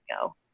go